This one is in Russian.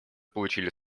получили